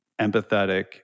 empathetic